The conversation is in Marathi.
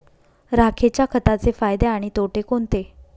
राखेच्या खताचे फायदे आणि तोटे कोणते?